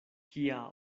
kia